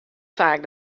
faak